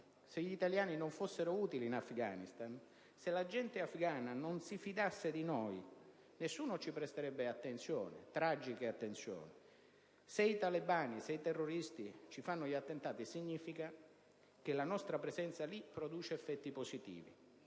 fastidio e non fossero utili in Afghanistan, e se la gente afgana non si fidasse di noi, è evidente che nessuno ci presterebbe certe tragiche attenzioni. Se i talebani, i terroristi, ci fanno oggetto di attentati, significa che la nostra presenza lì produce effetti positivi